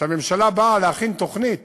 כשהממשלה באה להכין תוכנית